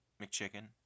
McChicken